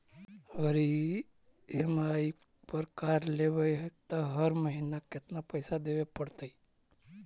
अगर ई.एम.आई पर कार लेबै त हर महिना केतना पैसा देबे पड़तै?